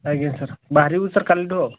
ଆଜ୍ଞା ସାର୍ ବାହାରିବୁ ସାର୍ କାଲିଠୁ ଆଉ